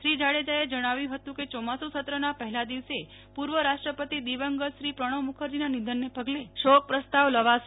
શ્રી જાડેજાએ જણાવ્યું ફતું કે ચોમાસું સત્રના પહેલા દિવસેપૂ ર્વ રાષ્ટ્રપતિ દિવંગત શ્રી પ્રણવ મુખર્જીના નિધનને પગલે શોક પ્રસ્તાવ લવાશે